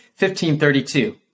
1532